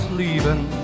leaving